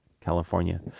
California